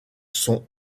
sont